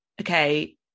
okay